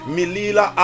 Milila